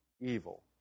evil